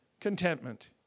contentment